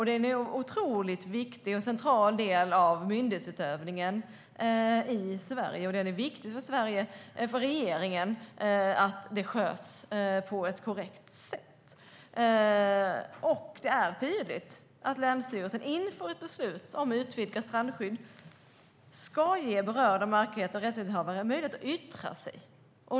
Det är en otroligt viktig och central del av myndighetsutövningen i Sverige, och det är viktigt för regeringen att det sköts på ett korrekt sätt. Det är tydligt att länsstyrelsen inför ett beslut om utvidgat strandskydd ska ge berörda mark och rättighetshavare möjlighet att yttra sig.